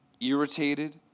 irritated